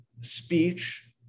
speech